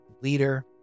leader